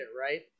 right